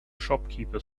shopkeeper